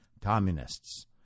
communists